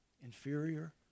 inferior